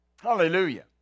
Hallelujah